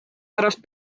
pärast